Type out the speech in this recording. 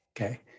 Okay